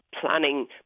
planning